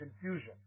confusion